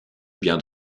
bien